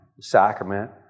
sacrament